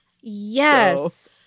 Yes